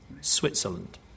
Switzerland